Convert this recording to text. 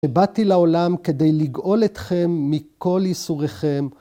‫שבאתי לעולם כדי לגאול אתכם ‫מכל ייסוריכם.